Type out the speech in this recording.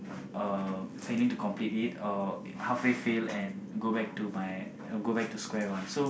uh failing to complete it or halfway fail and go back to my go back to square one so